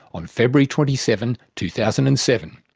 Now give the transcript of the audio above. on february twenty seven, two thousand and seven.